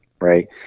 right